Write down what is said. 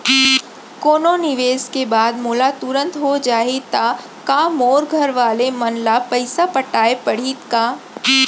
कोनो निवेश के बाद मोला तुरंत हो जाही ता का मोर घरवाले मन ला पइसा पटाय पड़ही का?